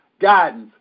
guidance